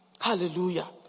Hallelujah